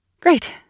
Great